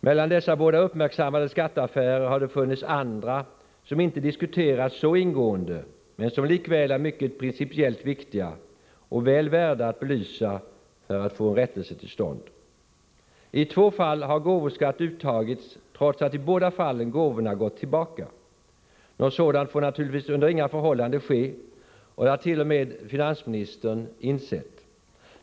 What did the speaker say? Mellan dessa båda uppmärksammade skatteaffärer har det funnits andra, som inte diskuterats så ingående men som likväl är principiellt mycket viktiga och väl värda att belysas för att få rättelse till stånd. I två fall har gåvoskatt uttagits trots att i båda fallen gåvorna gått tillbaka. Något sådant får naturligtvis under inga förhållanden ske, och det hart.o.m. finansministern insett.